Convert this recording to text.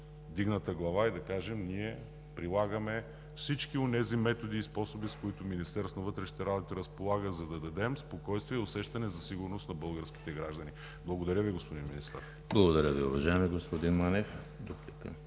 вдигната глава и да кажем: ние прилагаме всички онези методи и способи, с които Министерството на вътрешните работи разполага, за да дадем спокойствие и усещане за сигурност на българските граждани. Благодаря Ви, господин Министър. ПРЕДСЕДАТЕЛ ЕМИЛ ХРИСТОВ: Благодаря Ви, уважаеми господин Манев.